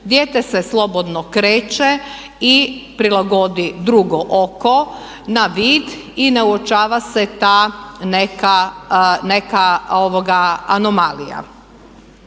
Dijete se slobodno kreće i prilagodi drugo oko na vid i ne uočava se ta neka anomalija.